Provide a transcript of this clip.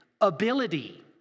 ability